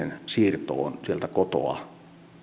siirtoon sieltä kotoa